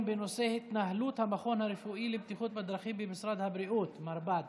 בנושא פגיעה במסדרון האקולוגי בעמק הצבאים,